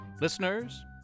listeners